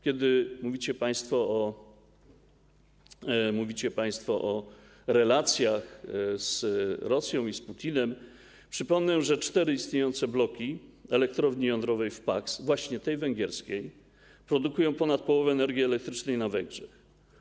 Kiedy mówicie państwo o relacjach z Rosją i z Putinem, to przypomnę, że cztery istniejące bloki elektrowni jądrowej w Paks, właśnie elektrowni węgierskiej, produkują ponad połowę energii elektrycznej na Węgrzech.